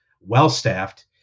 well-staffed